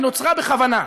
היא נוצרה בכוונה,